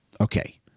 Okay